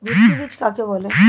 ভিত্তি বীজ কাকে বলে?